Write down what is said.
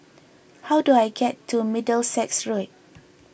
how do I get to Middlesex Road